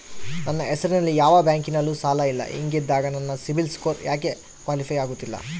ನನ್ನ ಹೆಸರಲ್ಲಿ ಯಾವ ಬ್ಯಾಂಕಿನಲ್ಲೂ ಸಾಲ ಇಲ್ಲ ಹಿಂಗಿದ್ದಾಗ ನನ್ನ ಸಿಬಿಲ್ ಸ್ಕೋರ್ ಯಾಕೆ ಕ್ವಾಲಿಫೈ ಆಗುತ್ತಿಲ್ಲ?